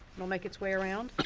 it'll make it's way around.